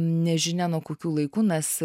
nežinia nuo kokiu laiku nes